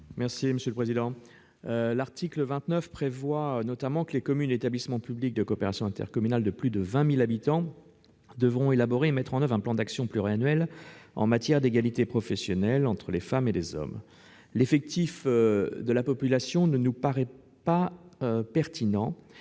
M. Didier Marie. L'article 29 prévoit notamment que les communes et établissements publics de coopération intercommunale de plus de 20 000 habitants devront élaborer et mettre en oeuvre un plan d'action pluriannuel en matière d'égalité professionnelle entre les femmes et les hommes. L'effectif de la population nous paraît avoir peu